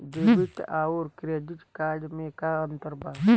Debit आउर credit card मे का अंतर बा?